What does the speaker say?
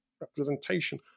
representation